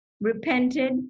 repented